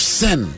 sin